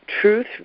truth